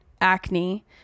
acne